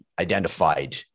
identified